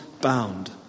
bound